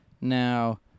Now